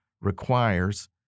requires